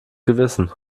gewissen